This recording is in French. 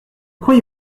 croyez